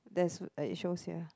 there's uh it shows here